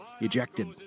Ejected